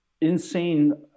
insane